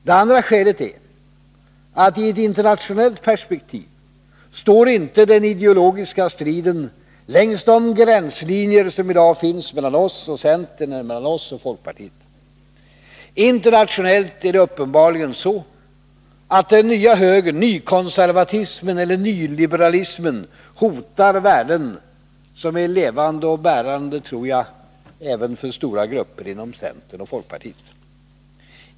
Det andra skälet är att i ett internationellt perspektiv står inte den ideologiska striden längs de gränslinjer som i vårt land finns mellan oss och centern eller mellan oss och folkpartiet. Internationellt är det uppenbarligen så att den nya högern, nykonservatismen eller nyliberalismen, hotar värden som är levande och bärande även för stora grupper inom centern och folkpartiet.